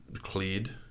cleared